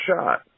shot